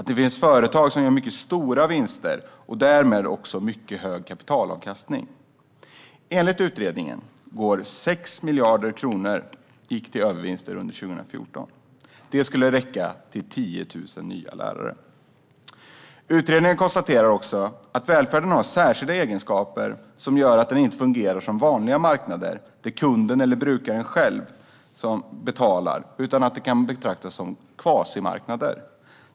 Det finns företag som gör mycket stora vinster och därmed har en mycket hög kapitalavkastning. Enligt utredningen gick 6 miljarder kronor till övervinster 2014. Det skulle räcka till 10 000 nya lärare. Utredningen konstaterar också att välfärden har särskilda egenskaper som gör att den inte fungerar som vanliga marknader, där kunden eller brukaren själv betalar, utan kan betraktas som kvasimarknader.